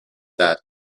that